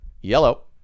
Yellow